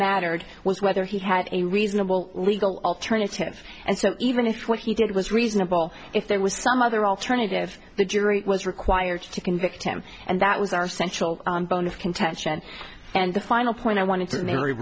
was whether he had a reasonable legal alternative and so even if what he did was reasonable if there was some other alternative the jury was required to convict him and that was our central bone of contention and the final point i wanted to ma